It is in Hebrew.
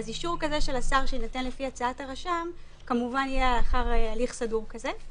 אישור כזה של השר שניתן לפי הצעת הרשם כמובן שיהיה לאחר הליך סדור כזה.